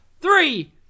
Three